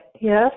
yes